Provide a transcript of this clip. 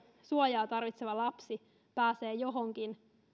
suojaa tarvitseva lapsi pääsee johonkin